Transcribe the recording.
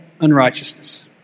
unrighteousness